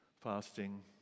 fasting